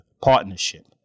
partnership